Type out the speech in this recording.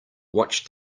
watch